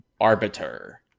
arbiter